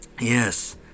Yes